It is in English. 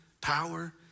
power